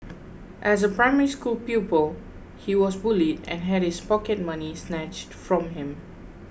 as a Primary School pupil he was bullied and had his pocket money snatched from him